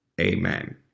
Amen